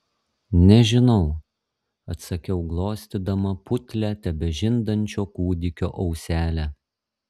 nežinau atsakiau glostydama putlią tebežindančio kūdikio auselę